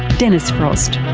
dennis frost.